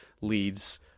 leads